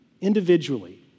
individually